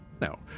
Now